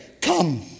Come